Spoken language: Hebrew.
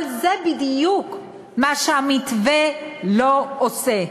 אבל זה בדיוק מה שהמתווה לא עושה.